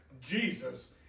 Jesus